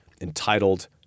entitled